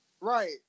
Right